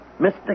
Mr